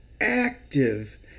active